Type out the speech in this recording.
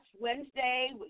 Wednesday